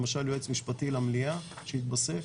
למשל יועץ משפטי למליאה שהתווסף